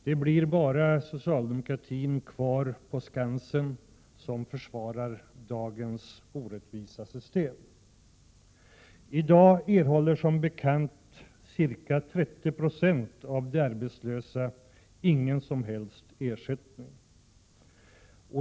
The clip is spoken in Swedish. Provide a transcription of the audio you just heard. Det blir bara socialdemokratin kvar på skansen när det gäller att försvara dagens orättvisa system. I dag erhåller som bekant ca 30 20 av de arbetslösa ingen som helst ersättning.